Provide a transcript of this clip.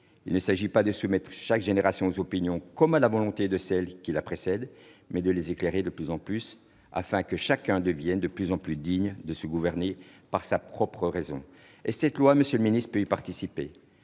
Il ne s'agit pas de soumettre chaque génération aux opinions comme à la volonté de celle qui la précède, mais de les éclairer de plus en plus, afin que chacun devienne de plus en plus digne de se gouverner par sa propre raison. » Ce projet de loi, monsieur le ministre, peut participer